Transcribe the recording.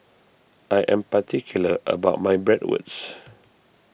I am particular about my Bratwurst